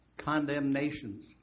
Condemnations